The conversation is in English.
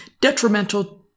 detrimental